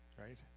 right